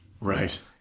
Right